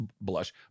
blush